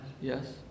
Yes